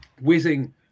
whizzing